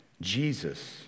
Jesus